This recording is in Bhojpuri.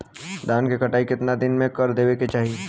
धान क कटाई केतना दिन में कर देवें कि चाही?